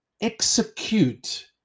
execute